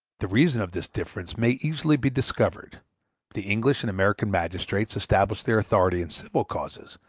the reason of this difference may easily be discovered the english and american magistrates establish their authority in civil causes,